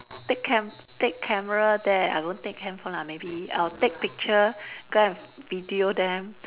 take cam~ take camera there I don't take handphone lah maybe I'll take picture go and video them